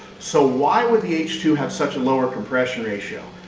so why would the h two have such a lower compression ratio?